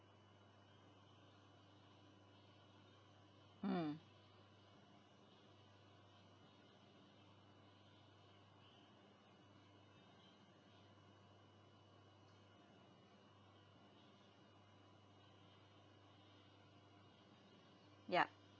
mm ya